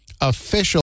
official